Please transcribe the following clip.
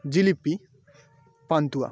jalebi pantua